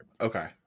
Okay